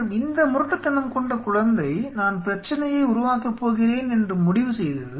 மற்றும் இந்த முரட்டுத்தனம் கொண்ட குழந்தை 'நான் பிரச்சனையை உருவாக்கப் போகிறேன்' என்று முடிவு செய்தது